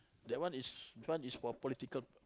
that one is this one is for political